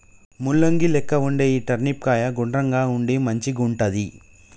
ముల్లంగి లెక్క వుండే ఈ టర్నిప్ కాయ గుండ్రంగా ఉండి మంచిగుంటది